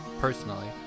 personally